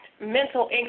mental